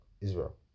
Israel